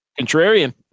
Contrarian